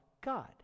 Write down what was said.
God